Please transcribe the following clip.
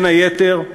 בין היתר,